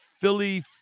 Philly